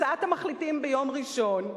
הצעת המחליטים ביום ראשון,